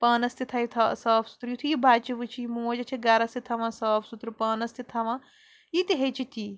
پانَس تہِ تھاوِ تھا صاف سُتھرٕ یُتھُے یہِ بَچہٕ وٕچھِ یہِ موج ہَہ چھےٚ گَرِس تہِ تھاوان صاف سُتھرٕ پانَس تہِ تھاوان یہِ تہِ ہیٚچھِ تی